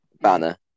banner